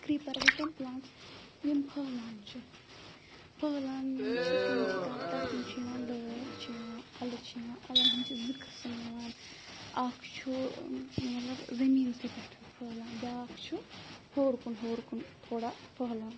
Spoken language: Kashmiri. کریٖپَر گٔے تم پٕلانٛٹٕس یِم پھٔہلان چھِ پھٔہلان یِم چھِ تم چھِ تَتھ تَتھ منٛز چھُ یِوان لٲر چھُ یِوان اَلہٕ چھِ یِوان اَلَن ہٕنٛدۍ چھِ زٕ قٕسٕم یِوان اَکھ چھُ مطلب زٔمیٖنسٕے پٮ۪ٹھَن پھٔہلان بیٛاکھ چھُ ہیوٚر کُن ہیوٚر کُن تھوڑا پھٔہلان